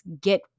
get